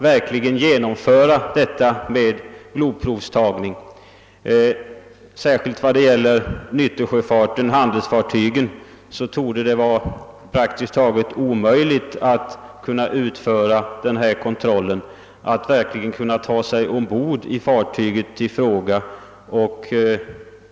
Vad beträffar nyttotrafiken, d. v. s. handelsfartygen, torde det vara praktiskt taget omöjligt när fartyget ej är vid kaj att komma ombord och genomföra en blodprovskontroll.